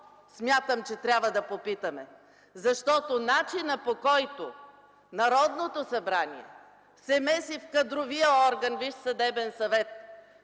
смятам, че трябва да попитаме. Защото начинът, по който Народното събрание се меси в кадровия орган – Висш съдебен съвет,